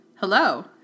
Hello